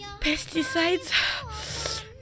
pesticides